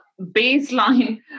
baseline